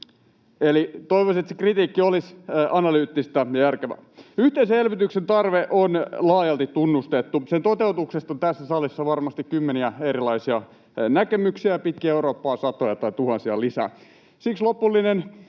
Eli toivoisin, että se kritiikki olisi analyyttista ja järkevää. Yhteisen elvytyksen tarve on laajalti tunnustettu. Sen toteutuksesta on tässä salissa varmasti kymmeniä erilaisia näkemyksiä ja pitkin Eurooppaa satoja tai tuhansia lisää. Siksi lopullinen